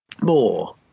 more